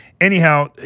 Anyhow